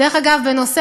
דרך אגב, בנושא